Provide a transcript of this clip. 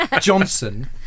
Johnson